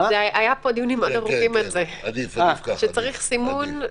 היו פה דיונים מאוד ארוכים על זה, שצריך סימון.